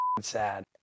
sad